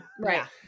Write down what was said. right